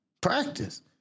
Practice